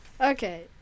Okay